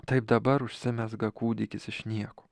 taip dabar užsimezga kūdikis iš nieko